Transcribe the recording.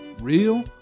real